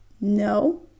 No